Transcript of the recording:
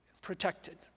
Protected